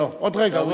לא, עוד רגע הוא